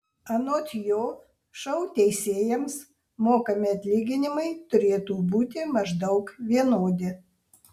anot jo šou teisėjams mokami atlyginimai turėtų būti maždaug vienodi